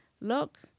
look